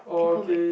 people might